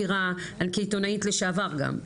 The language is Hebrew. כעיתונאית לשעבר גם,